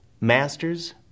Masters